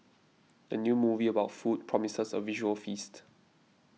the new movie about food promises a visual feast